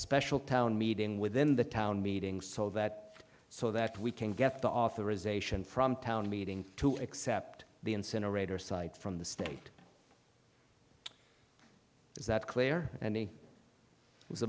special town meeting within the town meeting sol that so that we can get the authorization from town meeting to accept the incinerator site from the state is that clear and he was a